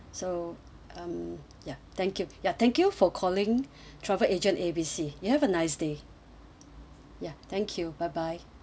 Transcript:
so um ya thank you ya thank you for calling travel agent A B C you have a nice day ya thank you bye bye